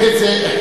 שתדע לך.